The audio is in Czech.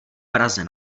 praze